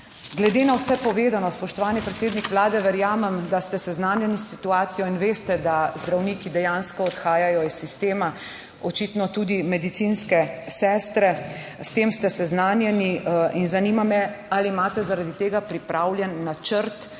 Glede na vse povedano, spoštovani predsednik Vlade, verjamem, da ste seznanjeni s situacijo in veste, da zdravniki dejansko odhajajo iz sistema, očitno tudi medicinske sestre. S tem ste seznanjeni in zanima me, ali imate zaradi tega pripravljen načrt,